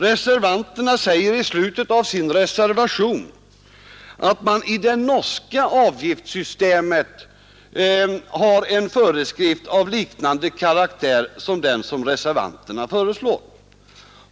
Reservanterna säger i slutet av sin reservation att man i det norska avgiftssystemet har en föreskrift av liknande karaktär som den som de själva föreslår.